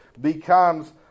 becomes